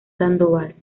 sandoval